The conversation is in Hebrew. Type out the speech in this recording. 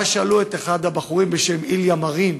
ואז שאלו את אחד הבחורים, איליה מרין,